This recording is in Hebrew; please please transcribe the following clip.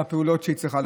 בפעולות שהיא צריכה לעשות.